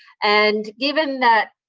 and given that,